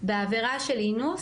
בעבירה של אינוס,